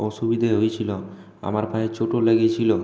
অসুবিধে হয়েছিলো আমার পায়ে চোটও লেগেছিলো